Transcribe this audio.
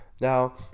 now